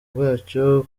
bwacyo